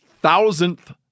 thousandth